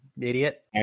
idiot